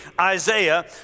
Isaiah